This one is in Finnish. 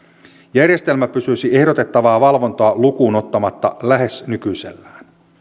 järjestelmä pysyisi ehdotettavaa valvontaa lukuun ottamatta lähes nykyisellään